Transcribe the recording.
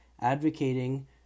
advocating